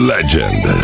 Legend